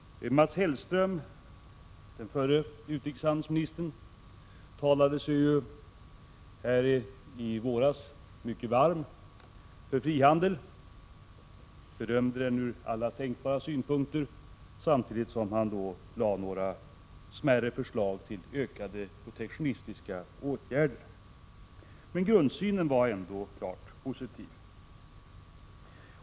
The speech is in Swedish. Mats Hellström, vår förre utrikeshandelsminister, talade sig i våras mycket varm för frihandel och berömde den ur alla tänkbara aspekter, samtidigt som han kom med några smärre förslag till ökade protektionistiska åtgärder. Grundsynen var ändå klart positiv.